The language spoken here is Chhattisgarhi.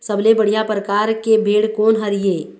सबले बढ़िया परकार के भेड़ कोन हर ये?